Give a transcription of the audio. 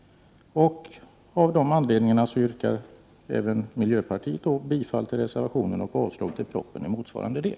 Av de här anledningarna yrkar även miljöpartiet bifall till reservationen och avslag på propositionen i motsvarande del.